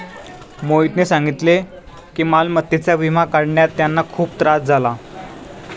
मोहितने सांगितले की मालमत्तेचा विमा काढण्यात त्यांना खूप त्रास झाला